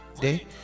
day